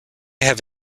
have